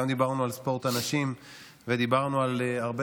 דיברנו על ספורט הנשים,